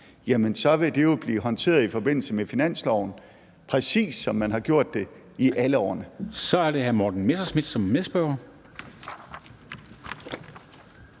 være, så vil det jo blive håndteret i forbindelse med finansloven, præcis som man har gjort det i alle årene. Kl. 13:05 Formanden (Henrik Dam Kristensen):